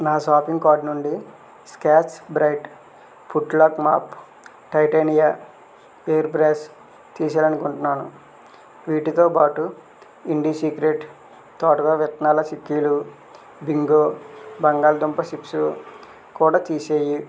నా shopping cart నుండి Scotch Brite foot lock mop Titania hair brush తీసేయాలనుకుంటున్నాను వీటితోపాటు ఇండి సీక్రెట్స్ తోటకూరవిత్తనాల చిక్కీలు బింగో బంగాళాదుంప చిప్స్ కూడా తీసేయి